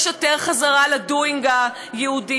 יש יותר חזרה ל-doing היהודי,